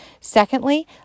Secondly